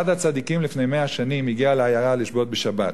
אחד הצדיקים לפני 100 שנים הגיע לעיירה לשבות בשבת.